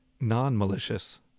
non-malicious